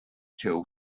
till